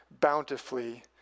bountifully